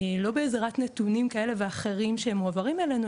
לא בעזרת נתונים כאלה ואחרים שהם מועברים אלינו,